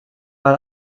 mal